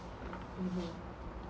mmhmm